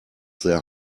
their